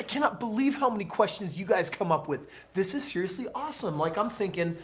cannot believe how many questions you guys come up with this is seriously awesome. like i'm thinking,